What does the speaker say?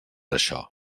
això